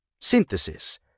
Synthesis